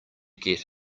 get